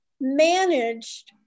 managed